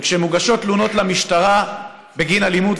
וכשמוגשות תלונות למשטרה בגין אלימות,